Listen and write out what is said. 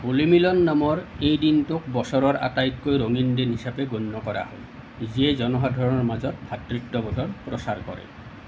'হোলী মিলন' নামৰ এই দিনটোক বছৰৰ আটাইতকৈ ৰঙীণ দিন হিচাপে গণ্য কৰা হয় যিয়ে জনসাধাৰণৰ মাজত ভাতৃত্ববোধৰ প্ৰচাৰ কৰে